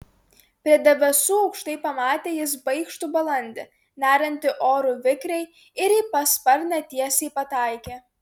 prie debesų aukštai pamatė jis baikštų balandį neriantį oru vikriai ir į pasparnę tiesiai pataikė